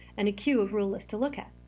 and a queue of rule lists to look at.